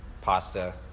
pasta